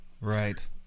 Right